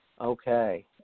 Okay